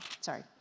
sorry